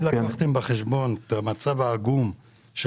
האם בתקציב הזה לקחתם בחשבון את המצב העגום של